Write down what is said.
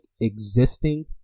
existing